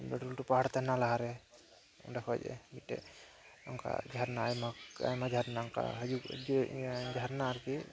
ᱞᱟᱹᱴᱩ ᱞᱟᱹᱴᱩ ᱯᱟᱦᱟᱲ ᱛᱟᱦᱮᱱᱟ ᱞᱟᱦᱟᱨᱮ ᱚᱸᱰᱮ ᱠᱷᱚᱱ ᱢᱤᱫᱴᱮᱱ ᱚᱱᱠᱟ ᱡᱷᱟᱨᱱᱟ ᱟᱭᱢᱟ ᱟᱭᱢᱟ ᱡᱷᱟᱨᱱᱟ ᱚᱱᱠᱟ ᱦᱤᱡᱩᱜ ᱡᱷᱟᱨᱱᱟ ᱟᱨᱠᱤ